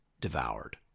devoured